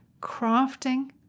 crafting